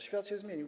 Świat się zmienił.